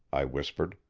i whispered.